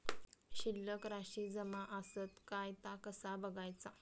शिल्लक राशी जमा आसत काय ता कसा बगायचा?